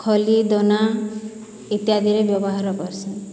ଖଲି ଦନା ଇତ୍ୟାଦିରେ ବ୍ୟବହାର କର୍ସିଁ